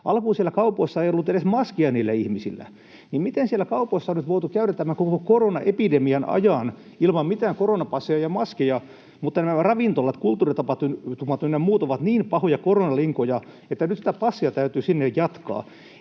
alkuun siellä kaupoissa ei ollut edes maskia niillä ihmisillä, niin miten siellä kaupoissa on nyt voitu käydä tämän koko koronaepidemian ajan ilman mitään koronapasseja ja maskeja, mutta nämä ravintolat, kulttuuritapahtumat ynnä muut ovat niin pahoja koronalinkoja, että nyt sitä passia täytyy sinne jatkaa?